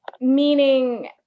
Meaning